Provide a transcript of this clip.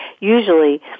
usually